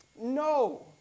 No